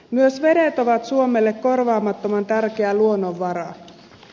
myös vedet ovat suomelle korvaamattoman tärkeä luonnonvara